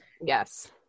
Yes